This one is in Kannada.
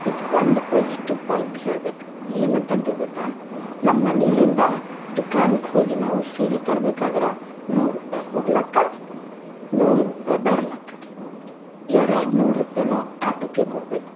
ಇದು ಒಂದು ಪಾಸಿಟಿವ್ ಪಾಯಿಂಟ್ ಹೇಳ್ಬೇಕು ಏನು ಅಂತಂದ್ರೆ ಗೊತ್ತಾ ನಮ್ಮ ಮನಿಲಿಂದ ದುಖಾನ್ಕೋಗಿ ನಾವು ಸೀರೆ ತರಬೇಕಾದ್ರೆ ನೂರು ರೂಪಾಯ್ ಹೋಗ್ಲಕ್ಕ ನೂರು ರೂಪಾಯ್ ಬರ್ಲಕ್ಕ ಎರಡು ನೂರೂಪೆನೊ ಆಟೋಕೆ ಕೊಡಬೇಕು